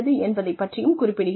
என்பதைப் பற்றியும் குறிப்பிடுகிறது